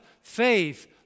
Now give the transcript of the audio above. Faith